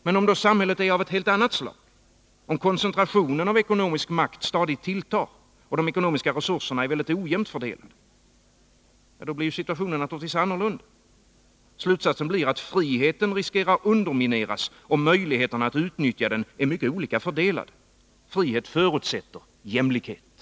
Men om då samhället är av ett helt annat slag, om koncentrationen av ekonomisk makt stadigt tilltar och de ekonomiska resurserna är mycket ojämnt fördelade? Ja, då blir situationen naturligtvis annorlunda. Slutsatsen blir att friheten riskerar att undermineras om möjligheterna att utnyttja den är mycket olika fördelade. Frihet förutsätter jämlikhet.